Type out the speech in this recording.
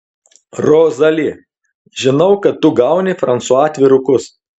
rozali žinau kad tu gauni fransua atvirukus